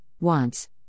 wants